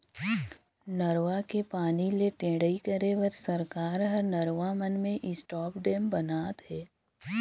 नरूवा के पानी ले टेड़ई करे बर सरकार हर नरवा मन में स्टॉप डेम ब नात हे